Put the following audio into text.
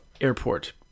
airport